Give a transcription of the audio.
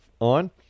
on